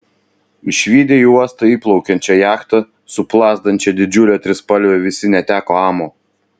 išvydę į uostą įplaukiančią jachtą su plazdančia didžiule trispalve visi neteko amo